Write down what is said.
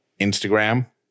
Instagram